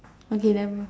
okay never mind